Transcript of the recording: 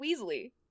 Weasley